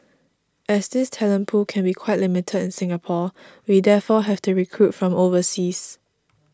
as this talent pool can be quite limited in Singapore we therefore have to recruit from overseas